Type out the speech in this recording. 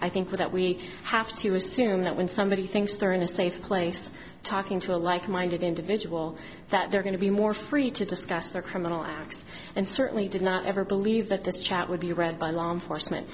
i think that we have to assume that when somebody thinks they're in a safe place it's talking to a like minded individual that they're going to be more free to discuss their criminal acts and certainly did not ever believe that this chat would be read by law enforcement